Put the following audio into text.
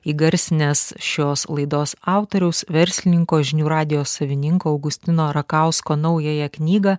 įgarsinęs šios laidos autoriaus verslininko žinių radijo savininko augustino rakausko naująją knygą